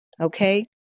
Okay